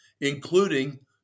including